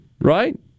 right